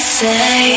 say